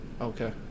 Okay